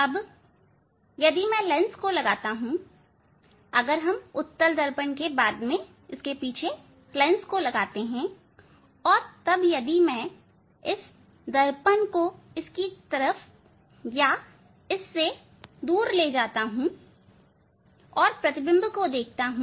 अब अगर मैं लेंस लगाता हूं अगर हम उत्तल दर्पण लेंस के बाद लगाते हैं और तब यदि मैं इस दर्पण को इसकी तरफ या इससे दूर ले जाता हूं और प्रतिबिंब को देखता हूं